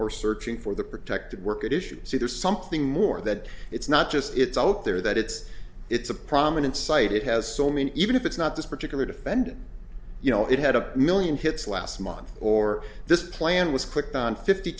or searching for the protected work at issue see there's something more that it's not just it's out there that it's it's a prominent site it has so many even if it's not this particular defendant you know it had a million hits last month or this plan was clicked on fifty